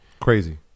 Crazy